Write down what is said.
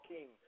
King